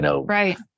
Right